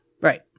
Right